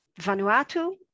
Vanuatu